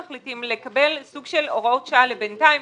לקבל סוג של הוראות שעה שיהיו בינתיים,